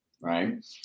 right